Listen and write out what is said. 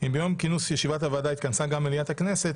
אם ביום כינוס ישיבת הוועדה התכנסה גם מליאת הכנסת,